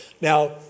Now